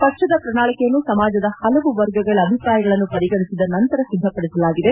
ಪಕ್ಷದ ಪ್ರಣಾಳಿಕೆಯನ್ನು ಸಮಾಜದ ಹಲವು ವರ್ಗಗಳ ಅಭಿಪ್ರಾಯಗಳನ್ನು ಪರಿಗಣಿಸಿದ ನಂತರ ಸಿದ್ದಪಡಿಸಲಾಗಿದೆ